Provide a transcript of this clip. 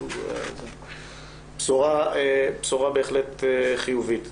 בשורה בהחלט חיובית.